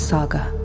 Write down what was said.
Saga